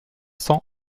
cents